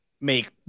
make